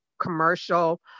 commercial